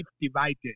divided